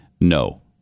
no